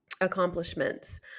accomplishments